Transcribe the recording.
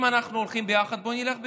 אם אנחנו הולכים ביחד, בואו נלך ביחד.